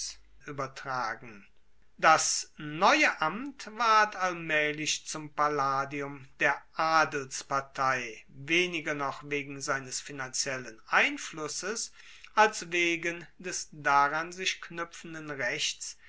uebertragen das neue amt ward allmaehlich zum palladium der adelspartei weniger noch wegen seines finanziellen einflusses als wegen des daran sich knuepfenden rechts